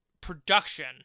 production